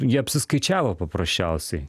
jie apsiskaičiavo paprasčiausiai